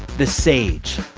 the sage,